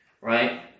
Right